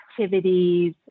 activities